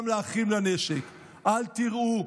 גם ל"אחים לנשק" אל תיראו,